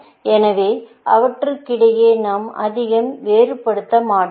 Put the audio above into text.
எனவே அவற்றுக்கிடையே நாம் அதிகம் வேறுபடுத்த மாட்டோம்